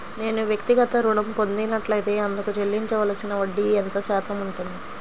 నేను వ్యక్తిగత ఋణం పొందినట్లైతే అందుకు చెల్లించవలసిన వడ్డీ ఎంత శాతం ఉంటుంది?